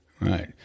Right